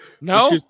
No